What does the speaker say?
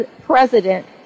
president